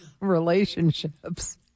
relationships